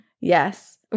Yes